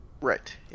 Right